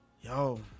Yo